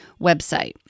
website